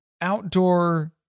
outdoor